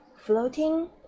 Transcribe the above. floating